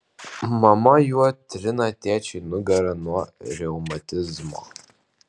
mama juo trina tėčiui nugarą nuo reumatizmo